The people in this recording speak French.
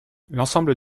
l’ensemble